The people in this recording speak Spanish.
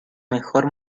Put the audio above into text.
mejor